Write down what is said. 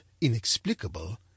inexplicable